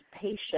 patient